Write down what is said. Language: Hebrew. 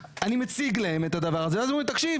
אני מציג להם את הדבר הזה ואז הם אומרים לי תקשיב,